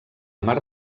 mar